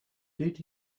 did